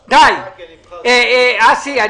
אסי,